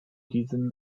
diesem